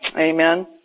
Amen